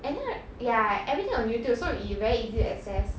and then right ya everything on youtube so it's very easy to access